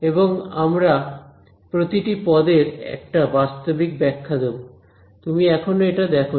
এবং আমরা প্রতিটি পদের একটা বাস্তবিক ব্যাখ্যা দেব তুমি এখনও এটা দেখনি